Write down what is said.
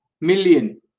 million